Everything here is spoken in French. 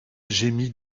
gémit